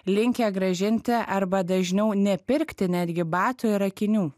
linkę grąžinti arba dažniau nepirkti netgi batų ir akinių